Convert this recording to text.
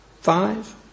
Five